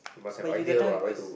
but you that time with your sis